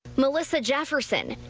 melissa jefferson,